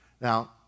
Now